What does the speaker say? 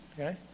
okay